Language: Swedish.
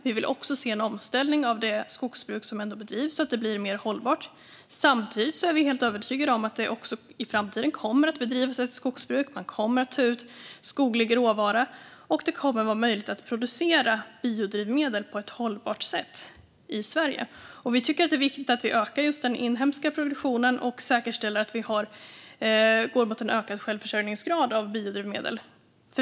Vi vill också se en omställning av det skogsbruk som ändå bedrivs så att det blir mer hållbart. Samtidigt är vi helt övertygade om att det också i framtiden kommer att bedrivas ett skogsbruk. Man kommer att ta ut skoglig råvara, och det kommer att vara möjligt att producera biodrivmedel på ett hållbart sätt i Sverige. Vi tycker att det är viktigt att vi ökar just den inhemska produktionen och säkerställer att vi går mot en ökad självförsörjningsgrad av biodrivmedel.